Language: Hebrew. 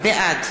בעד